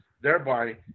thereby